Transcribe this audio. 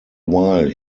while